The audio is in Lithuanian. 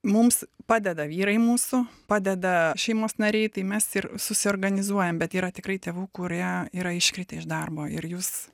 mums padeda vyrai mūsų padeda šeimos nariai tai mes ir susiorganizuojam bet yra tikrai tėvų kurie yra iškritę iš darbo ir jūs